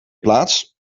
plaats